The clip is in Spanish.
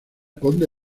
conde